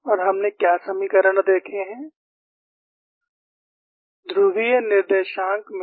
और हमने क्या समीकरण देखे हैं